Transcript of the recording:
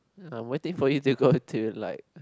I'm waiting for you to go to like